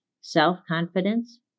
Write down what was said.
self-confidence